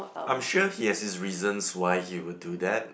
I am sure he has his reasons why he would do that